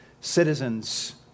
citizens